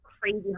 crazy